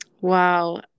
Wow